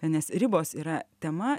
nes ribos yra tema